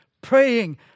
Praying